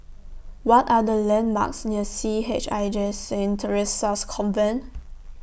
What Are The landmarks near C H I J Saint Theresa's Convent